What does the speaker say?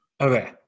Okay